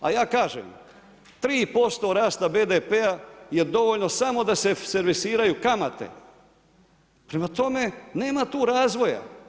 A ja kažem, 3% rasta BDP-a je dovoljno samo da se servisiraju kamate, prema tome nema tu razvoja.